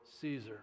Caesar